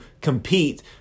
compete